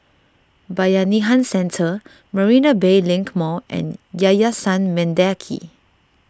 Bayanihan Centre Marina Bay Link Mall and Yayasan Mendaki